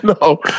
No